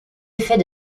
effets